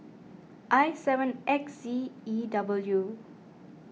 I seven X Z E W